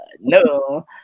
No